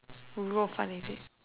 would be more fun is it